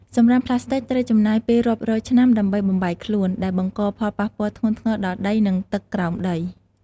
សំរាមប្លាស្ទិកត្រូវចំណាយពេលរាប់រយឆ្នាំដើម្បីបំបែកខ្លួន ដែលបង្កផលប៉ះពាល់ធ្ងន់ធ្ងរដល់ដី និងទឹកក្រោមដី។